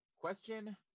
question